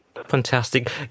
Fantastic